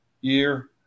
year